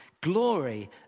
glory